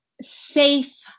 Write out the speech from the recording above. safe